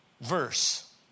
verse